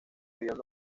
avión